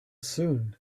soon